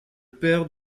père